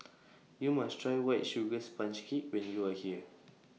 YOU must Try White Sugar Sponge Cake when YOU Are here